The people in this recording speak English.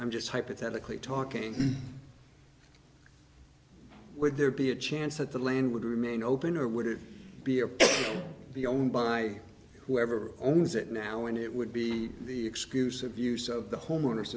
i'm just hypothetically talking would there be a chance that the land would remain open or would it be a be owned by whoever owns it now and it would be the exclusive use of the homeowners